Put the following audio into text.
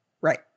Right